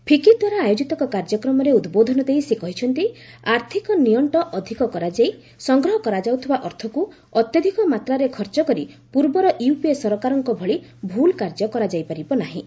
ଫିକି ଦ୍ୱାରା ଆୟୋଜିତ ଏକ କାର୍ଯ୍ୟକ୍ରମରେ ଉଦ୍ବୋଧନ ଦେଇ ସେ କହିଛନ୍ତି ଆର୍ଥକ ନିଅଣ୍ଟ ଅଧିକ କରାଯାଇ ସଂଗ୍ରହ କରାଯାଉଥିବା ଅର୍ଥକୁ ଅତ୍ୟଧିକ ମାତ୍ରାରେ ଖର୍ଚ୍ଚ କରି ପର୍ବର ୟପିଏ ସରକାରଙ୍କ ଭଳି ଭୁଲ୍ କାର୍ଯ୍ୟ କରାଯାଇପାରିବ ନାହିଁ